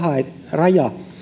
raja